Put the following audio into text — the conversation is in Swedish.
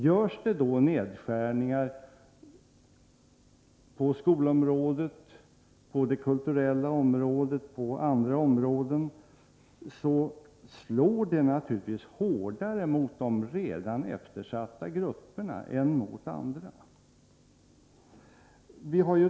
Görs det då nedskärningar på skolans område, det kulturella området och andra områden, slår det naturligtvis hårdare mot de redan eftersatta grupperna än mot andra.